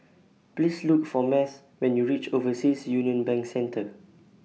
Please Look For Math when YOU REACH Overseas Union Bank Centre